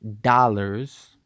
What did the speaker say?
dollars